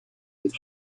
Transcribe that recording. with